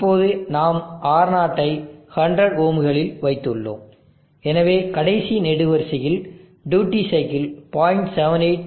இப்போது நாம் R0 ஐ 100 ஓம்களில் வைத்துள்ளோம் எனவே கடைசி நெடுவரிசையில் டியூட்டி சைக்கிள் 0